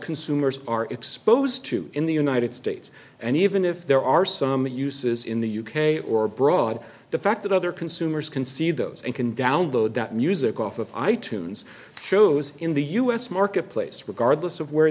consumers are exposed to in the united states and even if there are some uses in the u k or abroad the fact that other consumers can see those and can download that music off of i tunes shows in the u s marketplace regardless of where